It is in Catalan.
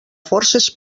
forces